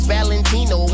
Valentino